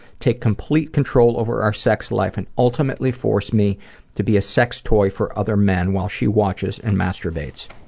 take complete control over our sex life, and ultimately force me to be a sex toy for other men while she watches and masturbates.